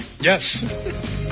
Yes